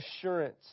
assurance